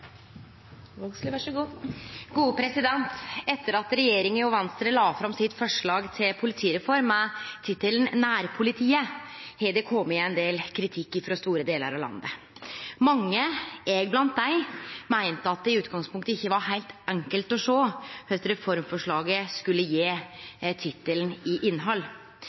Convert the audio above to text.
Etter at regjeringa og Venstre la fram sitt forslag til politireform med tittelen «nærpolitiet», har det kome ein del kritikk frå store delar av landet. Mange – eg blant dei – meinte at det i utgangspunktet ikkje var heilt enkelt å sjå korleis reformforslaget skulle gje tittelen